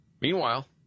meanwhile